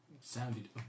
sounded